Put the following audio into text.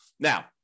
Now